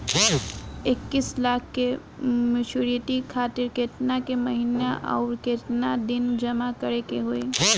इक्कीस लाख के मचुरिती खातिर केतना के महीना आउरकेतना दिन जमा करे के होई?